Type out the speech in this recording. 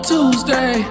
Tuesday